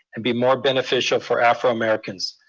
and be more beneficial for afro-americans.